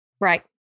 Right